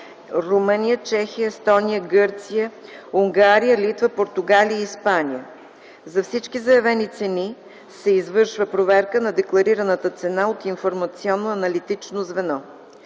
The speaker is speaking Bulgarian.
Румъния, Чехия, Естония, Гърция, Унгария, Литва, Португалия и Испания. За всички заявени цени се извършва проверка на декларираната цена от информационно-аналитично звено.